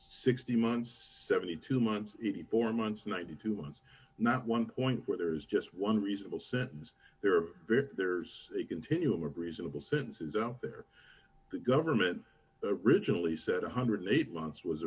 sixty months seventy two months four months ninety two months not one point where there is just one reasonable sentence there there's a continuum of reasonable senses out there the government riginal he said one hundred and eight months was a